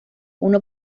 uno